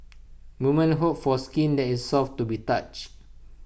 woman hope for skin that is soft to the touch